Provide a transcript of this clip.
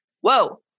Whoa